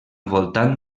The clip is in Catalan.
voltant